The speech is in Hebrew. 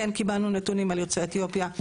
כן קיבלנו נתונים על יוצאי אתיופיה.